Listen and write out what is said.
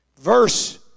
verse